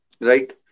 right